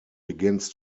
begins